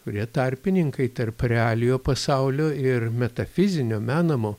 kurie tarpininkai tarp realiojo pasaulio ir metafizinio menamo